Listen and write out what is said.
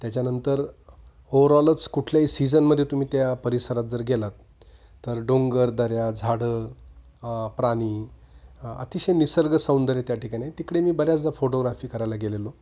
त्याच्यानंतर ओवरऑलच कुठल्याही सीझनमध्ये तुम्ही त्या परिसरात जर गेलात तर डोंगर दऱ्या झाडं प्राणी अतिशय निसर्ग सौंदर्य त्या ठिकाणी तिकडे मी बऱ्याचदा फोटोग्राफी करायला गेलेलो